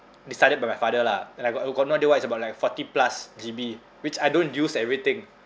decided by my father lah and I got got no idea what it's about like forty plus G_B which I don't use everything